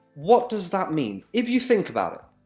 what does that mean? if you think about it,